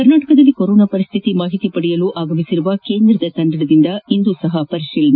ಕರ್ನಾಟಕದಲ್ಲಿ ಕೊರೊನಾ ಪರಿಸ್ಥಿತಿ ಮಾಹಿತಿ ಪಡೆಯಲು ಆಗಮಿಸಿರುವ ಕೇಂದ್ರದ ತಂಡದಿಂದ ಇಂದೂ ಸಹ ಪರಿಶೀಲನೆ